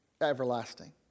everlasting